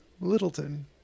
Littleton